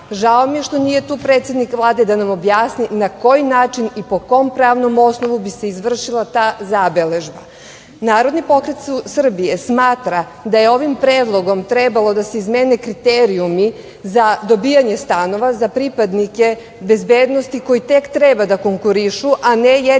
mi je što nije tu predsednik Vlade da nam objasni na koji način i po kom pravnom osnovu bi se izvršila ta zabeležba. Narodni pokret Srbije smatra da je ovim predlog trebalo da se izmene kriterijumi za dobijanje stanove za pripadnike bezbednosti koji tek treba da konkurišu, a ne jedni